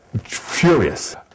furious